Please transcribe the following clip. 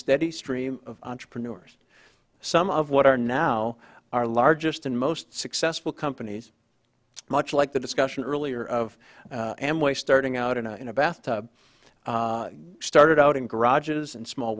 steady stream of entrepreneurs some of what are now our largest and most successful companies much like the discussion earlier of amway starting out in a in a bath tub started out in garages and small